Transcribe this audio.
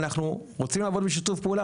אנחנו רוצים לעבוד בשיתוף פעולה,